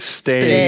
stay